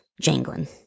jangling